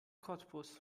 cottbus